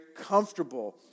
comfortable